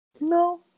No